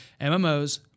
MMOs